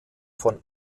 von